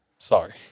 sorry